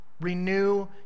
Renew